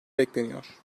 bekleniyor